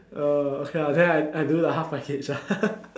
uh okay lah then I I do the half package lah